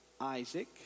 Isaac